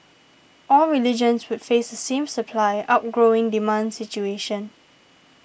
all regions would face the same supply outgrowing demand situation